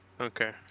Okay